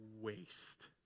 waste